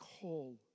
call